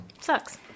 Sucks